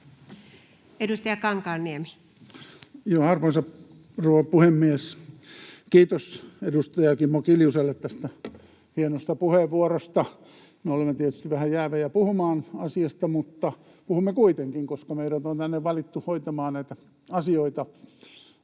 Edustaja Kankaanniemi. Arvoisa rouva puhemies! Kiitos edustaja Kimmo Kiljuselle tästä hienosta puheenvuorosta. Me olemme tietysti vähän jäävejä puhumaan asiasta, mutta puhumme kuitenkin, koska meidät on tänne valittu hoitamaan näitä asioita.